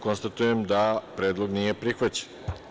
Konstatujem da ovaj predlog nije prihvaćen.